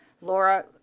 laura.